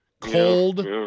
Cold